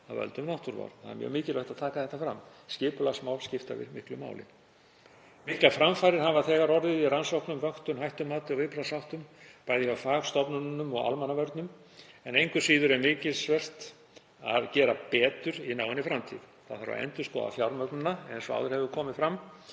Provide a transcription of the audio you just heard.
af völdum náttúruvár. Það er mjög mikilvægt að taka þetta fram. Skipulagsmál skipta miklu máli. Miklar framfarir hafa þegar orðið í rannsóknum, vöktun, hættumati og viðbragðsháttum hjá fagstofnunum og Almannavörnum, en engu síður er mikils um vert að gera betur í náinni framtíð. Endurskoða þarf fjármögnunina, eins og áður hefur komið fram,